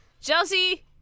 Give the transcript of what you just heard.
Chelsea